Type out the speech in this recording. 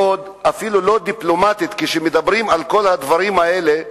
אפילו לא דיפלומטית, כשמדברים על כל הדברים האלה,